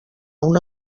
una